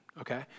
okay